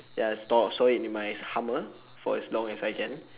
ya store store it in my hummer for as long as I can